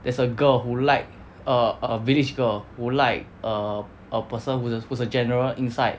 there's a girl who like err a village girl who like err a person who who is a general inside